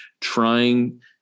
trying